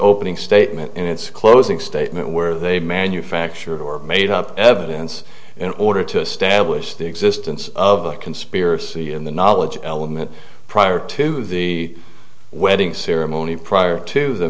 opening statement in its closing statement where they manufactured or made up evidence in order to establish the existence of a conspiracy in the knowledge element prior to the wedding ceremony prior to the